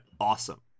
awesome